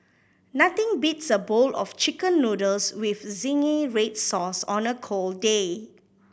nothing beats a bowl of Chicken Noodles with zingy red sauce on a cold day